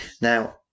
Now